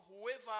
whoever